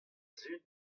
zud